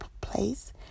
place